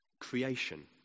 creation